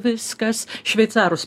viskas šveicarus